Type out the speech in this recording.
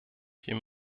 hier